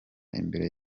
imbere